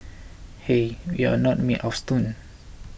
hey we're not made of stone